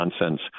nonsense